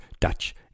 Dutch